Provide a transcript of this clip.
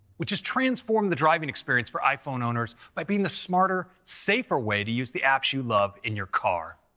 which has transformed the driving experience for iphone owners by being the smarter, safer way to use the apps you love in your car.